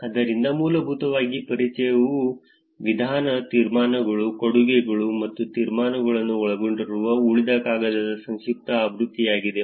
ಆದ್ದರಿಂದ ಮೂಲಭೂತವಾಗಿ ಪರಿಚಯವು ವಿಧಾನ ತೀರ್ಮಾನಗಳು ಕೊಡುಗೆಗಳು ಮತ್ತು ತೀರ್ಮಾನಗಳನ್ನು ಒಳಗೊಂಡಿರುವ ಉಳಿದ ಕಾಗದದ ಸಂಕ್ಷಿಪ್ತ ಆವೃತ್ತಿಯಾಗಿದೆ